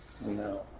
No